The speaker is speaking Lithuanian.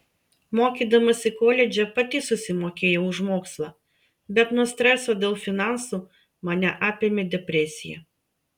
mokydamasi koledže pati susimokėjau už mokslą bet nuo streso dėl finansų mane apėmė depresija